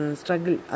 struggle